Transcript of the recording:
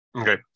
Okay